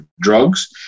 drugs